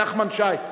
נחמן שי,